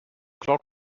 clock